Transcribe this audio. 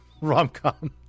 rom-com